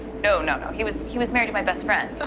no, no, no. he was he was married to my best friend.